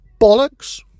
Bollocks